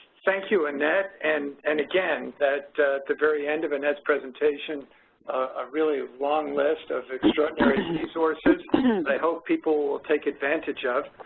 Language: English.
thank you, annette and and and, again, at the very end of annette's presentation a really long list of extraordinary resources i hope people will take advantage of.